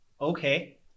okay